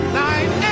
night